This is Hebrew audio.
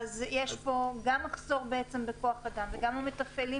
אז יש פה גם מחסור בכוח אדם וגם לא מתפעלים